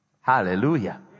Hallelujah